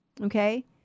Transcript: Okay